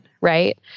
right